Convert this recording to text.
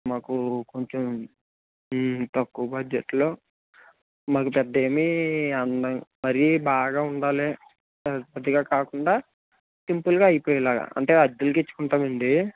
మాకు కొంచెం తక్కువ బడ్జెట్ లో మాకు పెద్ద ఏమీ అందంగా మరీ బాగా ఉండాలి కొద్దిగా కాకుండా సింపుల్గా అయిపోయేలాగా అంటే అద్దెలకు ఇచ్చుకుంటాం అండి